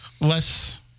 less